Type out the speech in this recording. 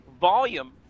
volume